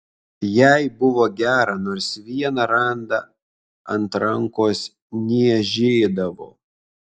jai buvo gera nors vieną randą ant rankos niežėdavo